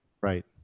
Right